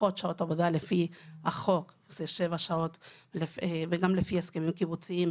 פחות שעות עבודה לפי החוק וגם לפי הסכמים קיבוציים,